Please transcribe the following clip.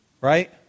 right